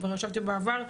כבר ישבתי איתו בעבר,